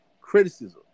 criticism